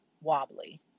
wobbly